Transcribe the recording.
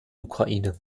ukraine